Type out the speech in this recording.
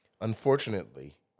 unfortunately